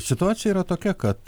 situacija yra tokia kad